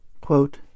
Quote